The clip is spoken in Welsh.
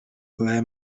ble